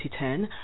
2010